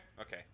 okay